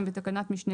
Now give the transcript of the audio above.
בתקנת משנה